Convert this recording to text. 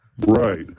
right